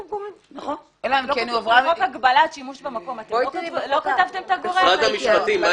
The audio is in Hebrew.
האם בחוק הגבלת שימוש במקום לא כתבתם את הגורם?